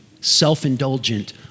self-indulgent